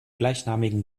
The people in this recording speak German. gleichnamigen